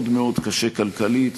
מאוד מאוד קשה כלכלית,